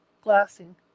glassing